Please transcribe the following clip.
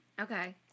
Okay